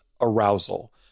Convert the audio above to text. arousal